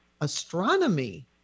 astronomy